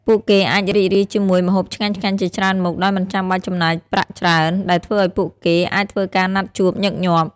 ពួកគេអាចរីករាយជាមួយម្ហូបឆ្ងាញ់ៗជាច្រើនមុខ ដោយមិនចាំបាច់ចំណាយប្រាក់ច្រើន ដែលធ្វើឲ្យពួកគេអាចធ្វើការណាត់ជួបញឹកញាប់។